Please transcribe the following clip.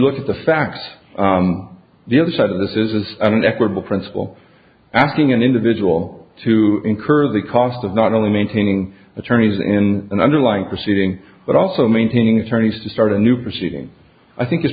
look at the facts the other side of this is was an equitable principle asking an individual to incur the cost of not only maintaining attorneys in an underlying proceeding but also maintaining attorneys to start a new proceeding i think is